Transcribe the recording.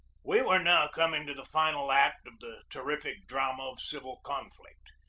we were now coming to the final act of the ter rific drama of civil conflict.